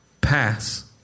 Pass